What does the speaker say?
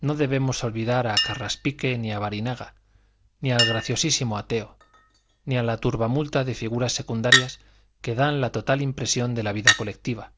no debemos olvidar a carraspique ni a barinaga ni al graciosísimo ateo ni a la turbamulta de figuras secundarias que dan la total impresión de la vida colectiva